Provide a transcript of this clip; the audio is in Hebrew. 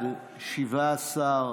ההצעה